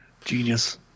Genius